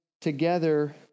together